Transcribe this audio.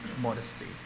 modesty